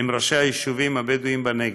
עם ראשי היישובים הבדואיים בנגב,